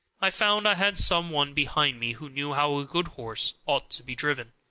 i found i had some one behind me who knew how a good horse ought to be driven.